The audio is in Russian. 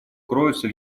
кроются